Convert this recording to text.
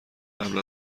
قبل